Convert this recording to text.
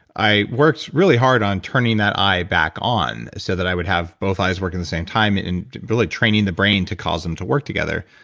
i worked really hard on turning that eye back on so that i would have both eyes working the same time, and really training the brain to cause them to work together.